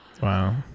wow